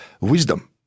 wisdom